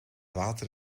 water